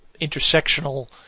intersectional